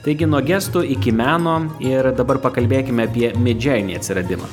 taigi nuo gestų iki meno ir dabar pakalbėkime apie midjourney atsiradimą